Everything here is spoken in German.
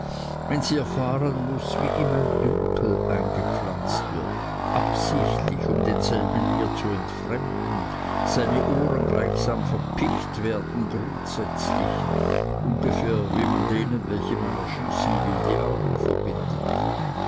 wenn sie erfahren muß wie ihm ein dünkel eingepflanzt wird absichtlich um denselben ihr zu entfremden seine ohren gleichsam verpicht werden grundsätzlich ungefähr wie man denen welche man erschießen will die augen verbindet